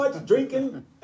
drinking